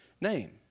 name